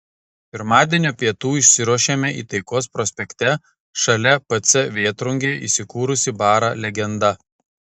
pirmadienio pietų išsiruošėme į taikos prospekte šalia pc vėtrungė įsikūrusį barą legenda